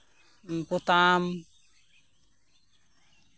ᱯᱚᱛᱟᱢ